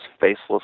faceless